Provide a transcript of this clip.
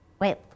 wait